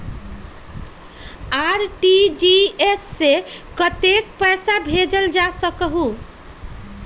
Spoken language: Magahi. आर.टी.जी.एस से कतेक पैसा भेजल जा सकहु???